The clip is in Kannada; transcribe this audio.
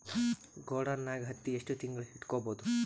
ಗೊಡಾನ ನಾಗ್ ಹತ್ತಿ ಎಷ್ಟು ತಿಂಗಳ ಇಟ್ಕೊ ಬಹುದು?